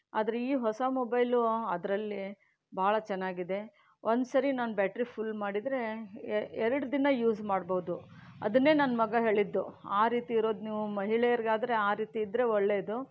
ಆದರೆ ಈ ಹೊಸ ಮೊಬೈಲು ಅದರಲ್ಲಿ ಭಾಳ ಚೆನ್ನಾಗಿದೆ ಒಂದು ಸರಿ ನಾನು ಬ್ಯಾಟ್ರಿ ಫುಲ್ ಮಾಡಿದರೆ ಎರಡು ದಿನ ಯೂಸ್ ಮಾಡ್ಬೋದು ಅದನ್ನೇ ನನ್ನ ಮಗ ಹೇಳಿದ್ದು ಆ ರೀತಿ ಇರೋದು ನೀವು ಮಹಿಳೆಯರಿಗಾದ್ರೆ ಆ ರೀತಿ ಇದ್ರೆ ಒಳ್ಳೆಯದು